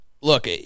look